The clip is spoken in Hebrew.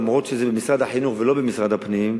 אף שזה במשרד החינוך ולא במשרד הפנים,